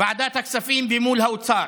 ועדת הכספים ומול האוצר.